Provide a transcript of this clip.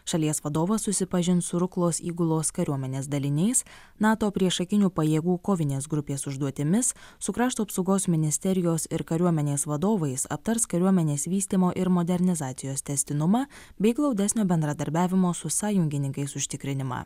šalies vadovas susipažins su ruklos įgulos kariuomenės daliniais nato priešakinių pajėgų kovinės grupės užduotimis su krašto apsaugos ministerijos ir kariuomenės vadovais aptars kariuomenės vystymo ir modernizacijos tęstinumą bei glaudesnio bendradarbiavimo su sąjungininkais užtikrinimą